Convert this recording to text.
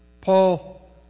Paul